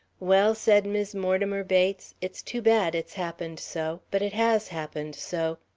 well, said mis' mortimer bates, it's too bad it's happened so. but it has happened so.